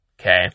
okay